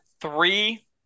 three